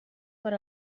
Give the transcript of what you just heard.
per